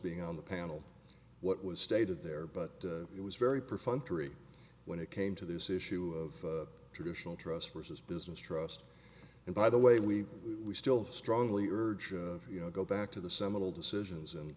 being on the panel what was stated there but it was very perfunctory when it came to this issue of traditional trust versus business trust and by the way we we still strongly urge you know go back to the seminal decisions and